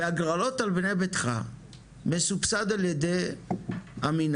בהגרלות של בני ביתך מסובסד על ידי המנהל,